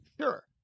sure